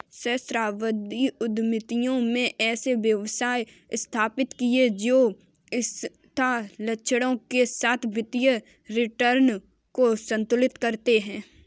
सहस्राब्दी उद्यमियों ने ऐसे व्यवसाय स्थापित किए जो स्थिरता लक्ष्यों के साथ वित्तीय रिटर्न को संतुलित करते हैं